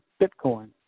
Bitcoin